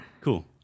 Cool